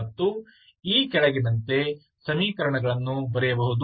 ಮತ್ತು ಈ ಕೆಳಗಿನಂತೆ ಸಮೀಕರಣಗಳನ್ನು ಬರೆಯಬಹುದು